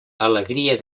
alegria